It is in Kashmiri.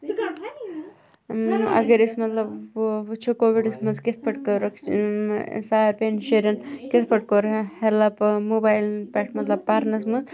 اَگَر أسۍ مَطلَب وٕچھو کووِڈَس مَنٛز کِتھ پٲٹھۍ کٔرٕکھ ساروِیَن شُرٮ۪ن کِتھ پٲٹھۍ کوٚرُکھ ہیٚلپ مُبایلَن پیٚتھ مَطلَب پَرنَس مَنٛز